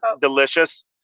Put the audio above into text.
delicious